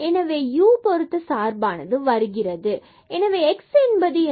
எனவே u பொருத்த சார்பானது வருகிறது மற்றும் எனவே x என்பது என்ன